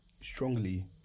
strongly